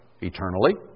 eternally